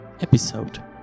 episode